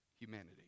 Humanity